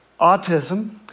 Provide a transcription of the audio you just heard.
autism